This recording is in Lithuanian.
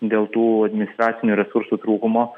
dėl tų administracinių resursų trūkumo